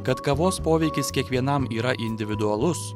kad kavos poveikis kiekvienam yra individualus